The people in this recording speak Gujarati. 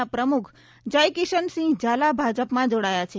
ના પ્રમૂખ જયકિશનસિંહ ઝાલા ભાજપમાં જોડાયા છે